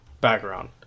background